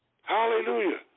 Hallelujah